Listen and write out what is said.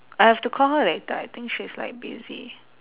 I have to call her later I think she's like busy